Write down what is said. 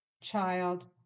Child